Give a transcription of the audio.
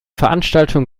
veranstaltung